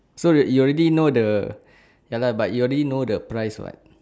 so that you already know the ya lah but you already know the price [what]